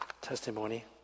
testimony